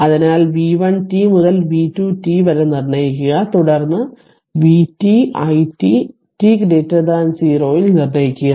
അതിനാൽ v1t മുതൽ v2 t വരെ നിർണ്ണയിക്കുക തുടർന്ന് vt it t 0 ൽ നിർണ്ണയിക്കുക